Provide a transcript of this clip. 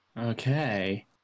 Okay